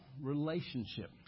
relationship